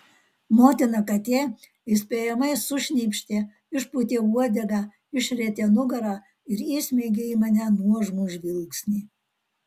motina katė įspėjamai sušnypštė išpūtė uodegą išrietė nugarą ir įsmeigė į mane nuožmų žvilgsnį